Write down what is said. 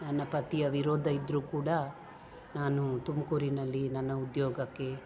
ನನ್ನ ಪತಿಯ ವಿರೋಧ ಇದ್ದರೂ ಕೂಡ ನಾನು ತುಮಕೂರಿನಲ್ಲಿ ನನ್ನ ಉದ್ಯೋಗಕ್ಕೆ